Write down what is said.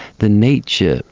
the nature,